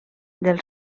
del